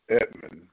Edmund